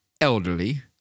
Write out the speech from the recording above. elderly